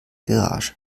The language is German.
garage